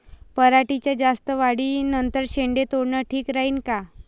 पराटीच्या जास्त वाढी नंतर शेंडे तोडनं ठीक राहीन का?